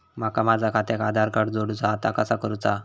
माका माझा खात्याक आधार कार्ड जोडूचा हा ता कसा करुचा हा?